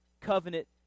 covenant